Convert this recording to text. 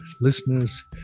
listeners